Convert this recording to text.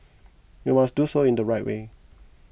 we must do so in the right way